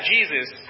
Jesus